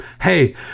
hey